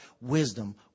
wisdom